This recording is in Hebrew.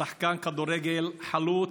שחקן כדורגל, חלוץ,